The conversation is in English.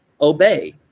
obey